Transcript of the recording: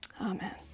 amen